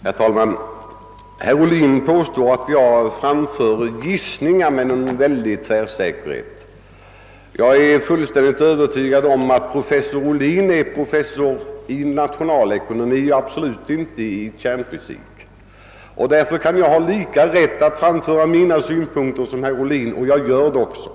Herr talman! Herr Ohlin påstod. att jag framförde gissningar med en väldig tvärsäkerhet. Professor Ohlin är professor i nationalekonomi och inte i kärnfysik. Därför kan jag ha samma rätt att framföra mina synpunkter som herr Ohlin har att framföra sina, och jag gör det också.